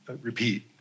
repeat